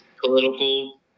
political